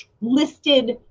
Listed